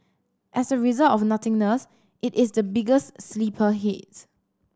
as a result of the nothingness it is the biggest sleeper hit